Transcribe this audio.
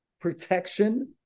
protection